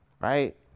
right